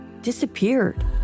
disappeared